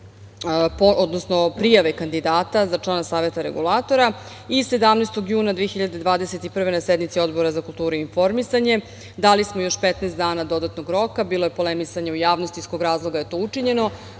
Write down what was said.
prikupimo prijave kandidata za člana Saveta regulatora i 17. juna 2021. godine, na sednici Odbora za kulturu i informisanje dali smo još 15 dana dodatnog roka. Bilo je polemisanja u javnosti iz kog razloga je to učinjeno.